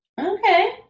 Okay